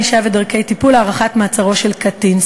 ענישה ודרכי טיפול) (הארכת מעצרו של קטין).